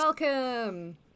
Welcome